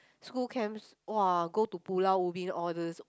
school camps !wah! go to Pulau-Ubin all these